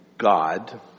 God